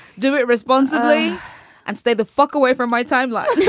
do it responsibly and stay the fuck away from my time like yeah